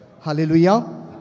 Hallelujah